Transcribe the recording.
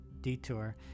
detour